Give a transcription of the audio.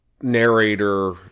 narrator